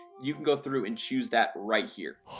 you can go through and choose that right here.